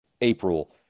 April